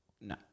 No